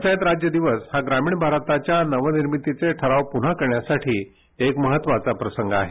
पंचायत राज्य दिवस हा ग्रामीण भारताच्या नवनिर्मितीचे ठराव पून्हा करण्यासाठी एक महत्वाचा प्रसंग आहे